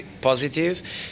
positive